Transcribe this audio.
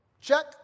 Check